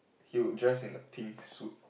he would dress in a pink suit